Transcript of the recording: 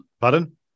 Pardon